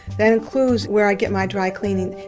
that includes where i get my dry cleaning.